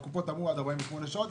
הקופות רצו למסור תוצאות תוך 48 שעות.